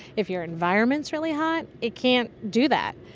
if your environment is really hot, it can't do that.